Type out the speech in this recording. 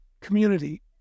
community